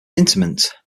interment